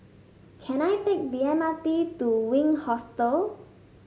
can I take the M R T to Wink Hostel